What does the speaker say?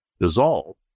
dissolve